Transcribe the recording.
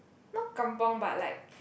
not kampung but like